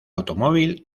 automóvil